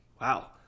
Wow